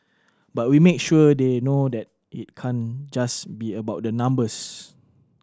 but we make sure they know that it can't just be about the numbers